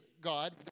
God